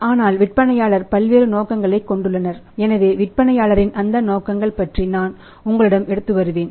ஆனால் விற்பனையாளர்கள் பல்வேறு நோக்கங்களை கொன்றுள்ளனர் எனவே விற்பனையாளர்களின் அந்த நோக்கங்கள் பற்றி நான் உங்களிடம் எடுத்து வருவேன்